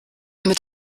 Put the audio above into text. mit